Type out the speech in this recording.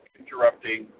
interrupting